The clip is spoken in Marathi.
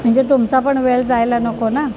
म्हणजे तुमचा पण वेळ जायला नको ना